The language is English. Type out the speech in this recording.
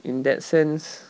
in that sense